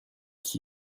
qui